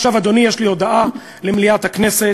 עכשיו, אדוני, יש לי הודעה למליאת הכנסת